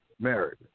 Married